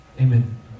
amen